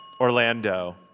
Orlando